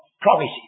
promises